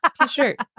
t-shirt